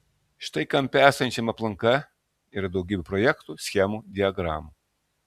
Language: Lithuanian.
štai kampe esančiame aplanke yra daugybė projektų schemų diagramų